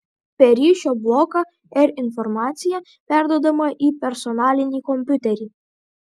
per ryšio bloką r informacija perduodama į personalinį kompiuterį